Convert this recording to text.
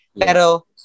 Pero